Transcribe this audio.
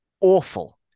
Awful